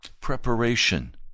preparation